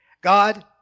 God